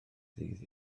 ddydd